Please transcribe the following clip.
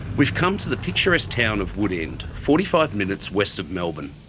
we've come to the picturesque town of woodend, forty five minutes west of melbourne.